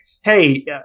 hey